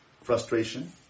frustration